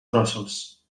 trossos